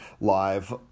Live